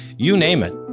you name it.